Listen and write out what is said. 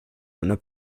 einer